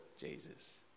Jesus